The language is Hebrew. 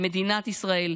למדינת ישראל,